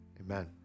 amen